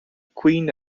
queen